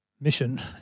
mission